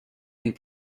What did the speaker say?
and